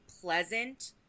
pleasant